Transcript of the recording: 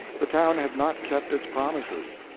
the town had not kept its promises.